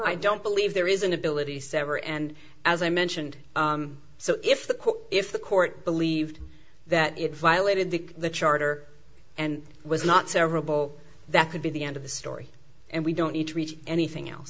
i don't believe there is an ability sever and as i mentioned so if the court if the court believed that it violated the the charter and was not severable that could be the end of the story and we don't need to reach anything else